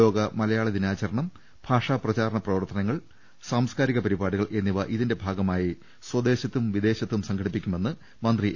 ലോക മലയാള ദിനാചരണം ഭാഷാ പ്രചാരണ പ്രവർത്തനങ്ങൾ സാംസ്കാരിക പരിപാടികൾ എന്നിവ ഇതിന്റെ ഭാഗമായി സ്വദേശത്തും വിദേശത്തും സംഘടിപ്പിക്കുമെന്ന് മന്ത്രി എ